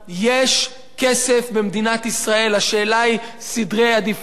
יש כסף במדינת ישראל, השאלה היא סדרי עדיפויות.